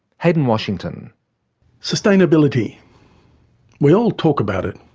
haydn washington sustainability we all talk about it,